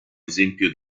esempio